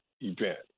event